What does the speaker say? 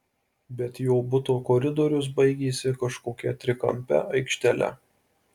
bet jo buto koridorius baigėsi kažkokia trikampe aikštele